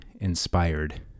inspired